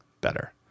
better